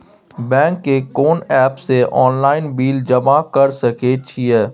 Bank के कोन app से ऑनलाइन बिल जमा कर सके छिए?